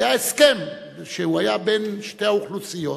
היה הסכם בין שתי האוכלוסיות